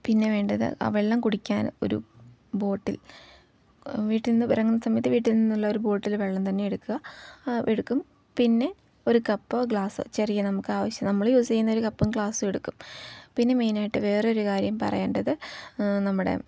പിന്നെ വേണ്ടത് വെള്ളം കുടിക്കാൻ ഒരു ബോട്ടിൽ വീട്ടിൽനിന്ന് ഇറങ്ങുന്ന സമയത്ത് വീട്ടിൽ നിന്നുള്ള ഒരു ബോട്ടില് വെള്ളം തന്നെ എടുക്കുക എടുക്കും പിന്നെ ഒരു കപ്പ് ഗ്ലാസ് ചെറിയ നമുക്ക് ആവശ്യം നമ്മൾ യൂസ് ചെയ്യുന്ന ഒരു കപ്പും ഗ്ലാസ്സും എടുക്കും പിന്നെ മെയിനായിട്ട് വേറൊരു കാര്യം പറയേണ്ടത് നമ്മുടെ